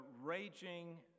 raging